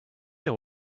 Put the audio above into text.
know